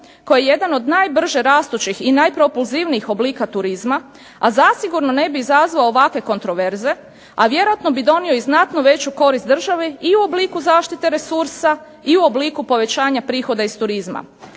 koji je jedan od najbrže rastućih i najpropulzivnijih oblika turizma a zasigurno ne bi izazvao ovakve kontroverze, a vjerojatno bi donio znatno veću korist državi i u obliku zaštite resursa a i u obliku povećanja prihoda iz turizma.